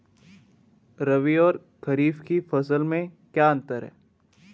रबी और खरीफ की फसल में क्या अंतर है?